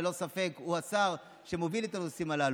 ללא ספק הוא השר שמוביל את הנושאים הללו,